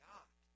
God